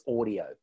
audio